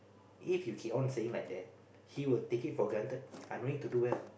if you keep on saying like that he will take it for granted I don't need to do well